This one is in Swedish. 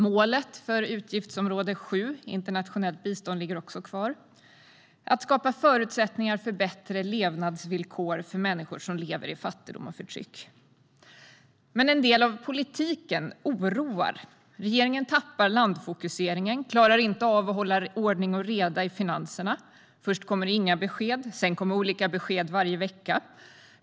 Målet för utgiftsområde 7 Internationellt bistånd ligger också kvar: att skapa förutsättningar för bättre levnadsvillkor för människor som lever i fattigdom och förtryck. Men en del av politiken oroar. Regeringen tappar landfokuseringen och klarar inte av att ha ordning och reda i finanserna. Först kommer inga besked. Sedan kommer olika besked varje vecka.